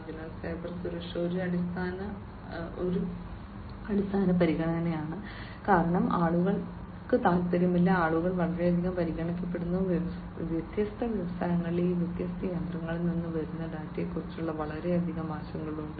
അതിനാൽ സൈബർ സുരക്ഷ ഒരു അടിസ്ഥാന പരിഗണനയാണ് കാരണം ആളുകൾക്ക് താൽപ്പര്യമില്ല ആളുകൾ വളരെയധികം പരിഗണിക്കപ്പെടുന്നു വ്യത്യസ്ത വ്യവസായങ്ങളിലെ ഈ വ്യത്യസ്ത യന്ത്രങ്ങളിൽ നിന്ന് വരുന്ന ഡാറ്റയെക്കുറിച്ച് വളരെയധികം ആശങ്കയുണ്ട്